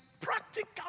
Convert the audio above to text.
practical